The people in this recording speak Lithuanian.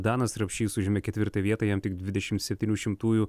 danas rapšys užėmė ketvirtą vietą jam tik dvidešim septynių šimtųjų